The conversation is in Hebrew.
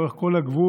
לאורך כל הגבול,